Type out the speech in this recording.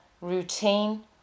routine